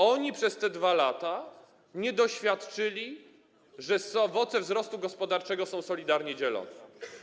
Oni przez te 2 lata nie doświadczyli, że owoce wzrostu gospodarczego są solidarnie dzielone.